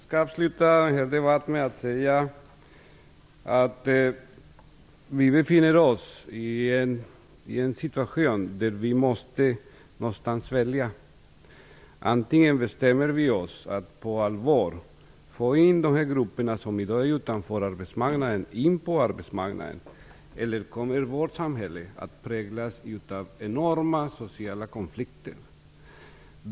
Fru talman! Jag skall avsluta den här debatten med att säga att vi befinner oss i en situation där vi någonstans måste välja. Vi måste bestämma oss för att på allvar få in de grupper på arbetsmarknaden som i dag står utanför. Annars kommer vårt samhälle att präglas av enorma sociala konflikter.